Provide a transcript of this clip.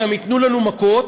גם ייתנו לנו מכות,